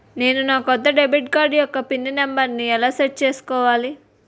నేను నా కొత్త డెబిట్ కార్డ్ యెక్క పిన్ నెంబర్ని ఎలా సెట్ చేసుకోవాలి?